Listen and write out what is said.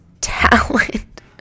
talent